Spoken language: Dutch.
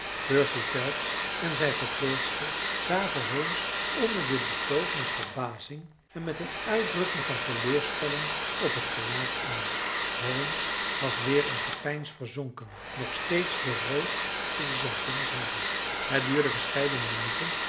percy phelps en zijn verpleegster zagen holmes onder dit betoog met verbazing en met een uitdrukking van teleurstelling op t gelaat aan holmes was weer in gepeins verzonken nog steeds de roos tusschen zijn vingers houdend het duurde verscheiden minuten